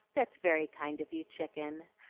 that's very kind of you, chicken,